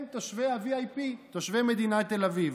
הם תושבי ה-VIP, תושבי מדינת תל אביב.